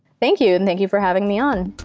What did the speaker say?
thank you, and thank you for having me on